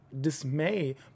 dismay